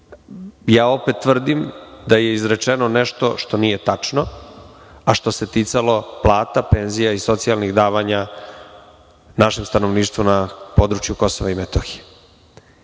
opet tvrdim da je izrečeno nešto što nije tačno, a što se ticalo plata, penzija i socijalnih davanja našem stanovništvu na području Kosova i Metohije. Druga